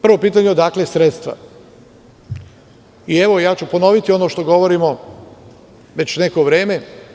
Prvo pitanje, odakle sredstva, a ja ću ponoviti ono što govorimo već neko vreme.